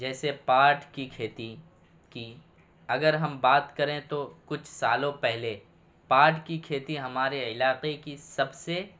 جیسے پاٹ کی کھیتی کی اگر ہم بات کریں تو کچھ سالوں پہلے پاٹ کی کھیتی ہمارے علاقے کی سب سے